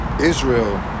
Israel